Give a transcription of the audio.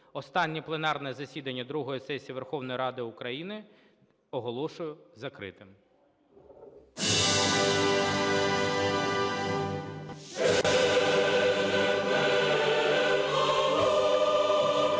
Останнє пленарне засідання другої сесії Верховної Ради України оголошую закритим.